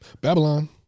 Babylon